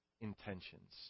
intentions